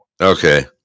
Okay